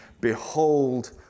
Behold